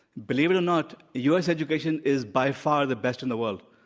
believe it or not, u. s. education is by far the best in the world.